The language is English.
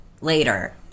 later